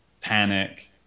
panic